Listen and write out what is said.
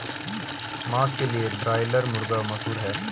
मांस के लिए ब्रायलर मुर्गा मशहूर है